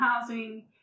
housing